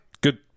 Good